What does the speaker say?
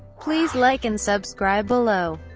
please like and subscribe below.